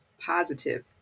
positive